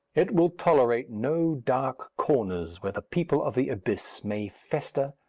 it will tolerate no dark corners where the people of the abyss may fester,